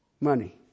money